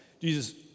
Jesus